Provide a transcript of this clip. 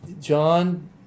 John